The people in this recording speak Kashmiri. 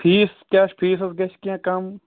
فیٖس کیٛاہ چھُ فیٖسَس گژھِ کینٛہہ کم